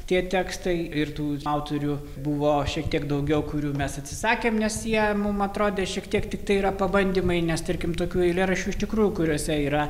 tie tekstai ir tų autorių buvo šiek tiek daugiau kurių mes atsisakėm nes jie mum atrodė šiek tiek tiktai yra pabandymai nes tarkim tokių eilėraščių iš tikrųjų kuriuose yra